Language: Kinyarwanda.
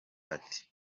ati